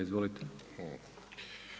Izvolite.